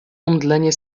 omdlenie